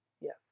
Yes